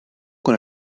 con